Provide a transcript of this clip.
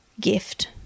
gift